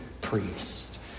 priest